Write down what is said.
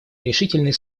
решительной